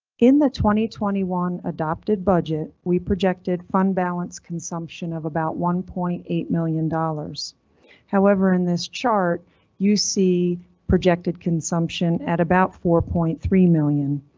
in the twenty twenty one adopted budget we projected fund balance consumption of about one point eight million dollars however, in this chart you see projected consumption at about four point three million